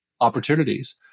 opportunities